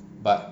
but